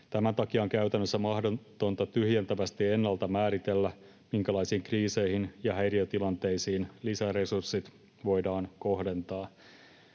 Tämän takia on käytännössä mahdotonta tyhjentävästi ennalta määritellä, minkälaisiin kriiseihin ja häiriötilanteisiin lisäresurssit voidaan kohdentaa.